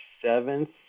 seventh